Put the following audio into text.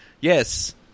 Yes